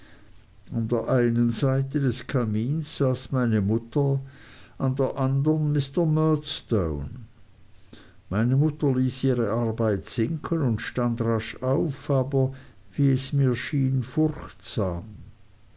an der einen seite des kamins saß meine mutter an der andern mr murdstone meine mutter ließ ihre arbeit sinken und stand rasch auf aber wie es mir schien furchtsam